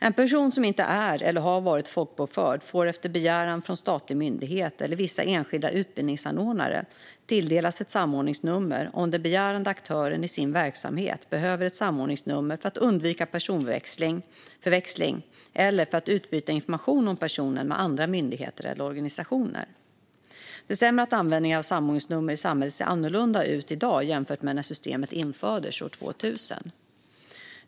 En person som inte är eller har varit folkbokförd får efter begäran från en statlig myndighet eller vissa enskilda utbildningsanordnare tilldelas ett samordningsnummer om den begärande aktören i sin verksamhet behöver ett samordningsnummer för att undvika personförväxling eller för att utbyta information om personen med andra myndigheter eller organisationer. Det stämmer att användningen av samordningsnummer i samhället ser annorlunda ut i dag jämfört med när systemet infördes år 2000.